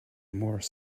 more